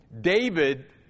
David